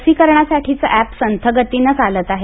लसीकरणासाठीचं app संथगतीनं चालत आहे